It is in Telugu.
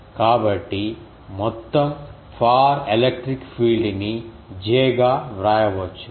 కాబట్టి మొత్తం ఫార్ ఎలక్ట్రిక్ ఫీల్డ్ ని j గా వ్రాయవచ్చు